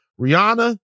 Rihanna